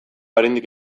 oraindik